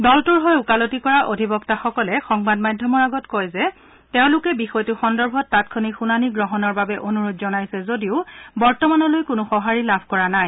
দলটোৰ হৈ অকালতি কৰা অধিবক্তাসকলে সংবাদ মাধ্যমৰ আগত কয় যে তেওঁলোকে বিষয়টো সন্দৰ্ভত তাংক্ষণিক শুনানি গ্ৰহণৰ বাবে অনূৰোধ জনাইছে যদিও বৰ্তমানলৈ কোনো সঁহাৰি লাভ কৰা নাই